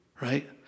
right